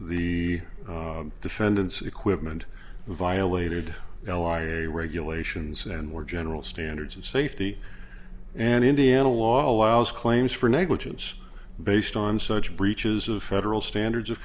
the defendants equipment violated a regulations and more general standards of safety and indiana law allows claims for negligence based on such breaches of federal standards of